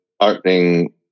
opening